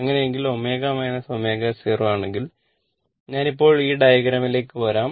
അങ്ങനെയെങ്കിൽ ω ω0 ആണെങ്കിൽ ഞാൻ ഈ ഡയഗ്രാമിലേക്ക് വരാം